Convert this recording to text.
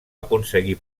aconseguir